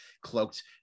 cloaked